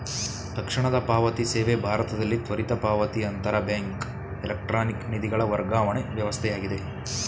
ತಕ್ಷಣದ ಪಾವತಿ ಸೇವೆ ಭಾರತದಲ್ಲಿ ತ್ವರಿತ ಪಾವತಿ ಅಂತರ ಬ್ಯಾಂಕ್ ಎಲೆಕ್ಟ್ರಾನಿಕ್ ನಿಧಿಗಳ ವರ್ಗಾವಣೆ ವ್ಯವಸ್ಥೆಯಾಗಿದೆ